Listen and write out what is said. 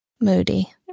moody